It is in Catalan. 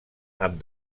amb